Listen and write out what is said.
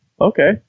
okay